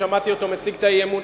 ששמעתי אותו מציג את האי-אמון,